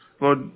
Lord